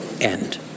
end